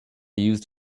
used